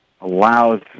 allows